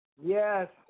yes